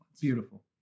Beautiful